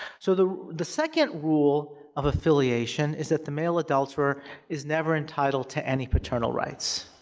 so, the the second rule of affiliation is that the male adulterer is never entitled to any paternal rights.